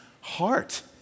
heart